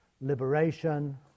liberation